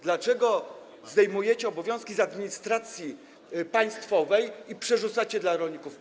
Dlaczego zdejmujecie obowiązki z administracji państwowej i przerzucacie na rolników?